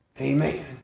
Amen